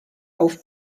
auf